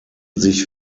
sich